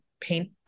paint